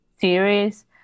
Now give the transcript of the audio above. series